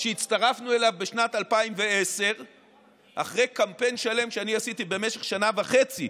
שהצטרפנו אליו בשנת 2010 אחרי קמפיין שלם שאני עשיתי במשך שנה וחצי,